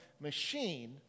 machine